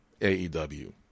AEW